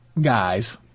guys